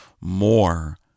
more